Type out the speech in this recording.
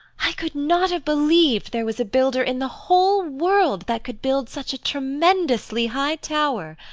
i could not have believed there was a builder in the whole world that could build such a tremendously high tower.